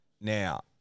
now